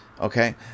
okay